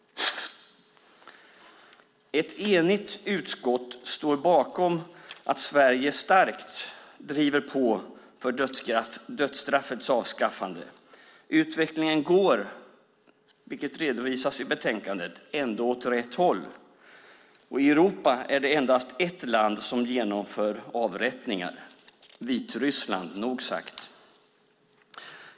Ett enigt utskott står bakom att Sverige starkt driver på för dödsstraffets avskaffande. Utvecklingen går åt ändå åt rätt håll, vilket redovisas i betänkandet. I Europa är det endast ett land som genomför avrättningar, Vitryssland, nog sagt.